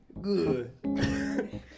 Good